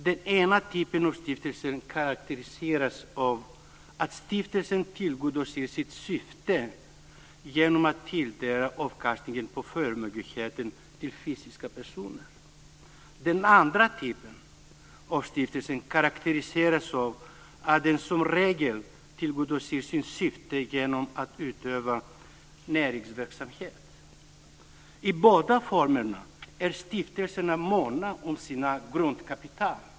Den ena typen karakteriseras av att stiftelsen tjänar sitt syfte genom att tilldela fysiska personer avkastningen på förmögenheten. Den andra typen karakteriseras av att den som regel tjänar sitt syfte genom att utöva näringsverksamhet. I båda formerna är stiftelserna måna om sitt grundkapital.